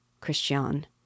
Christian